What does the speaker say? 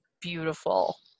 beautiful